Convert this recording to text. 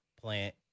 plant